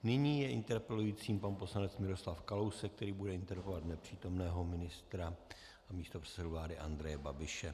Nyní je interpelujícím pan poslanec Miroslav Kalousek, který bude interpelovat nepřítomného ministra a místopředsedu vlády Andreje Babiše.